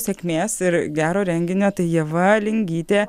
sėkmės ir gero renginio ieva lingytė